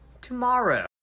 tomorrow